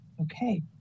Okay